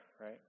right